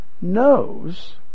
knows